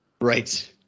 right